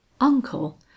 Uncle